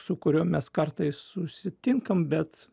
su kuriuo mes kartais susitinkam bet